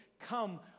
come